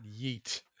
yeet